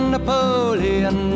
Napoleon